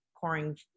pouring